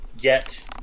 get